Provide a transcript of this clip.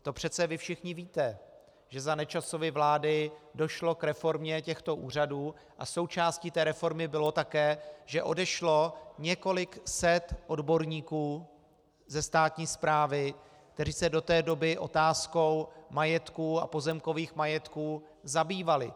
To přece vy všichni víte, že za Nečasovy vlády došlo k reformě těchto úřadů a součástí té reformy bylo také, že odešlo několik set odborníků ze státní správy, kteří se do té doby otázkou majetků a pozemkových majetků zabývali.